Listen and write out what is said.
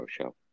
show